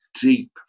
deep